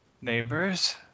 neighbors